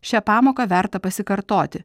šią pamoką verta pasikartoti